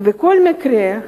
ובכל מקרה,